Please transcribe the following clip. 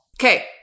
Okay